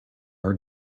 are